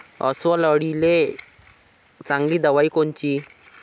अस्वल अळीले चांगली दवाई कोनची?